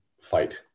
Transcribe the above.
fight